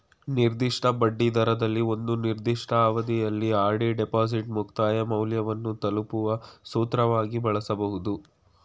ನಿರ್ದಿಷ್ಟ ಬಡ್ಡಿದರದಲ್ಲಿ ಒಂದು ನಿರ್ದಿಷ್ಟ ಅವಧಿಯಲ್ಲಿ ಆರ್.ಡಿ ಡಿಪಾಸಿಟ್ ಮುಕ್ತಾಯ ಮೌಲ್ಯವನ್ನು ತಲುಪುವ ಸೂತ್ರವಾಗಿ ಬಳಸಬಹುದು